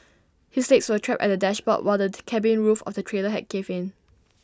his legs were trapped at the dashboard while the cabin roof of the trailer had caved in